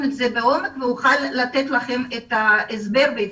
את זה לעומק ואוכל לתת לכם את ההסבר ועדכון.